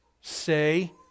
say